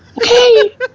okay